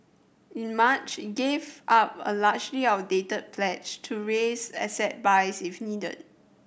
in March it gave up a largely outdated pledge to raise asset buys if needed